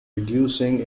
reducing